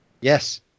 Yes